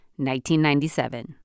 1997